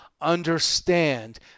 understand